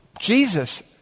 Jesus